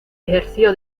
ejerció